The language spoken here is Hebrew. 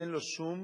אין שום